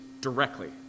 directly